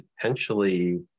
potentially